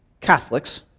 Catholics